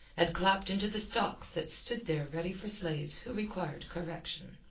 and clapped into the stocks that stood there ready for slaves who required correction.